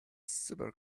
super